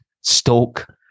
Stoke